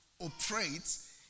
operates